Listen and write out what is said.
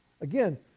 again